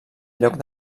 lloc